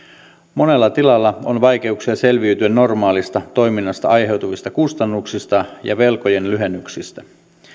monella tilalla on vaikeuksia selviytyä normaalista toiminnasta aiheutuvista kustannuksista ja velkojen lyhennyksistä